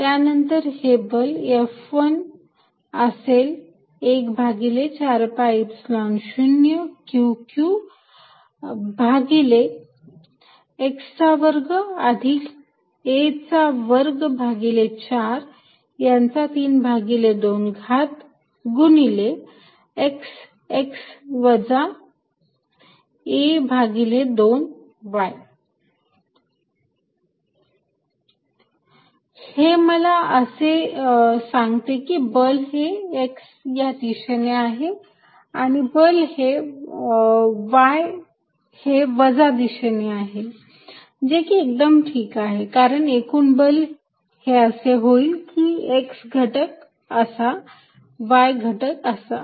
त्यानंतर हे बल F1 हे असेल एक भागिले 4 pi Epsilon 0 q q भागिले x चा वर्ग अधिक a चा वर्ग भागिले 4 याचा 32 घात गुणिले x x वजा a भागिले 2 y F114π0Qqx2a2432 हे मला असे सांगते की बल हे x या दिशेने आहे आणि बल हे y हे वजा दिशेने आहे जे की एकदम ठीक आहे कारण एकूण बल हे असे होईल की x घटक असा आणि y घटक असा